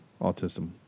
autism